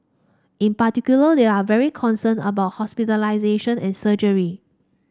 in particular they are very concerned about hospitalisation and surgery